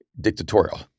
dictatorial